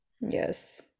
Yes